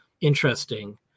interesting